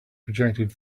projected